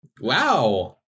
Wow